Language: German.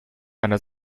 einer